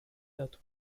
that